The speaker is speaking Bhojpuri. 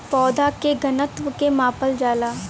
पौधा के घनत्व के मापल जाला